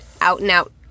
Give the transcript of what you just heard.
out-and-out